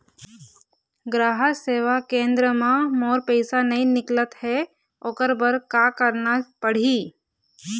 ग्राहक सेवा केंद्र म मोर पैसा नई निकलत हे, ओकर बर का करना पढ़हि?